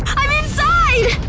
i'm inside!